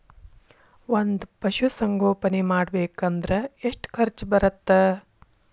ಒಂದ್ ಪಶುಸಂಗೋಪನೆ ಮಾಡ್ಬೇಕ್ ಅಂದ್ರ ಎಷ್ಟ ಖರ್ಚ್ ಬರತ್ತ?